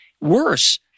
worse